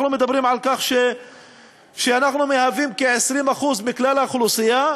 אנחנו מדברים על כך שאנחנו מהווים כ-20% מכלל האוכלוסייה,